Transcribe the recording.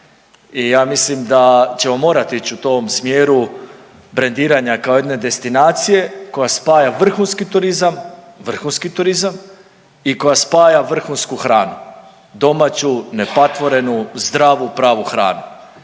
i ja mislim da ćemo morati ići u tom smjeru brendiranja kao jedne destinacije koja spaja vrhunski turizam, vrhunski turizam i koja spaja vrhunsku hranu, domaću, nepatvorenu, zdravu pravu hranu